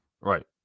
Right